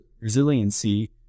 resiliency